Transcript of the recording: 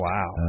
Wow